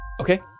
Okay